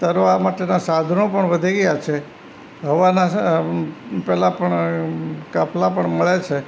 તરવા માટેના સાધનો પણ વધી ગયાં છે હવાના કાપલા પણ મળે છે